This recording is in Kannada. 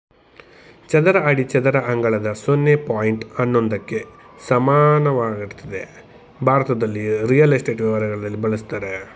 ಚದರ ಅಡಿ ಚದರ ಅಂಗಳದ ಸೊನ್ನೆ ಪಾಯಿಂಟ್ ಹನ್ನೊಂದಕ್ಕೆ ಸಮಾನವಾಗಿರ್ತದೆ ಭಾರತದಲ್ಲಿ ರಿಯಲ್ ಎಸ್ಟೇಟ್ ವ್ಯವಹಾರದಲ್ಲಿ ಬಳುಸ್ತರೆ